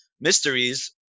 Mysteries